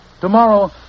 Tomorrow